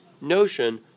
notion